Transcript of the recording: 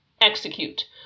execute